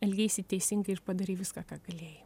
elgeisi teisingai ir padarei viską ką galėjai